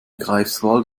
greifswald